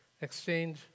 exchange